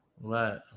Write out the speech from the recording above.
Right